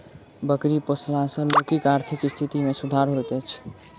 बकरी पोसला सॅ लोकक आर्थिक स्थिति मे सुधार होइत छै